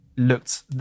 looked